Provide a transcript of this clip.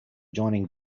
joining